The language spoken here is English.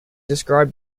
describe